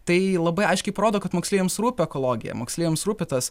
tai labai aiškiai parodo kad moksleiviams rūpi ekologija moksleiviams rūpi tas